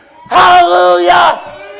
Hallelujah